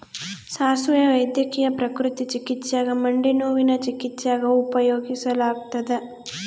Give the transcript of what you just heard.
ಸಾಸುವೆ ವೈದ್ಯಕೀಯ ಪ್ರಕೃತಿ ಚಿಕಿತ್ಸ್ಯಾಗ ಮಂಡಿನೋವಿನ ಚಿಕಿತ್ಸ್ಯಾಗ ಉಪಯೋಗಿಸಲಾಗತ್ತದ